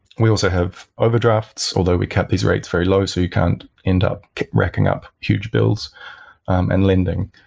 we also have overdrafts, although we kept these rates very low so you can't end up racking up huge bills and lending.